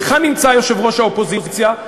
היכן נמצא יושב-ראש האופוזיציה?